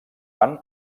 van